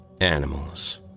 animals